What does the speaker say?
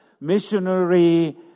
missionary